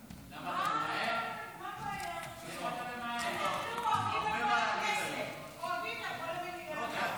01:00. אוהבים לבוא לכנסת, אוהבים לבוא למליאה.